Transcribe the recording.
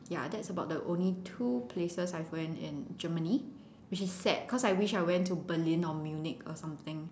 ya that's about the only two places I've went in Germany which is sad cause I wish I went to Berlin or Munich or something